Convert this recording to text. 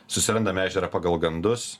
susirandam ežerą pagal gandus